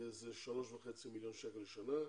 זה 3.5 מיליון שקל לשנה,